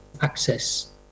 access